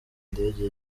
indege